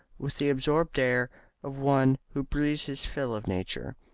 with the absorbed air of one who breathes his fill of nature.